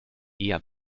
eher